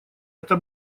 это